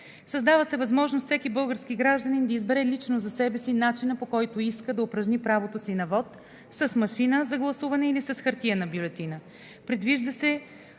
Създава се възможност всеки български гражданин да избере лично за себе си начина, по който иска да упражни правото си на вот – с машина за гласуване или с хартиена бюлетина.